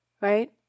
right